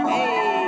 Hey